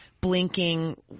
blinking